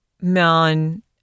man